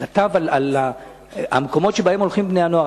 הוא כתב על המקומות שבהם הולכים בני-הנוער.